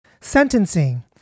Sentencing